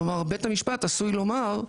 כלומר, בית המשפט עשוי לומר לדרעי,